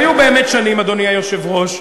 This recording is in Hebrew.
היו באמת שנים, אדוני היושב-ראש,